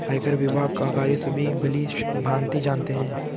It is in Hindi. आयकर विभाग का कार्य सभी भली भांति जानते हैं